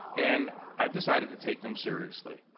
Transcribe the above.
and i have decided to take them seriously.